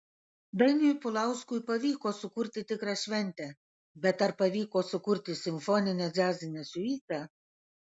dainiui pulauskui pavyko sukurti tikrą šventę bet ar pavyko sukurti simfoninę džiazinę siuitą